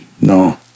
No